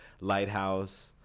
Lighthouse